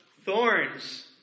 thorns